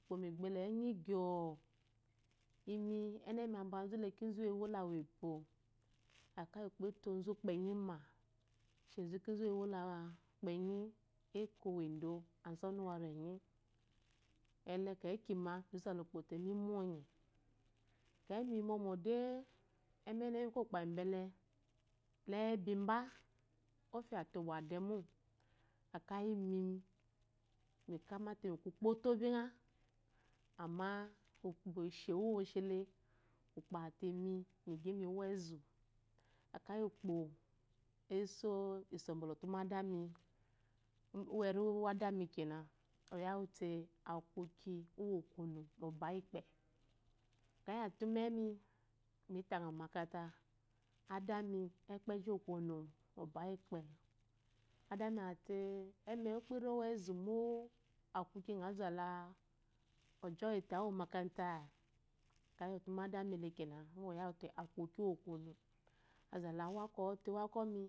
ukpo me gbɛlɛ enyi gyo̱o. Imi eneme ambazu le ki zu we wola wepo. ekeyi ukpo etozu ukpenyi, ekȯ wendo azɔnu warenyi, ele kekima mi zala ukp le i mɔnye ekeyi miyi mɔmɔde emenemi ekokpayi bule lebemba ofya te owa de mo ekeyi lmi me ku kyagte ukpo to bingha amma ukpo eshewu woshe le ukpo ate lmi miwa ezu. Ekeyi ukpo eso iso bula otumadami, uweri udami kena oyawu te akuki okunu mo obayikpe. Ɛkeyi ate unemi mi ta ngha mu omakata, adami ethpeji okonu obayikpe, adami ate emewuɔzu mo akuki ngɔ zata ojoy te awa omakata, ekeyi otumadami le kena woole oyawu te akuki okonu azala uwakɔ wu te kwakɔ mi.